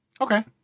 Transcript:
Okay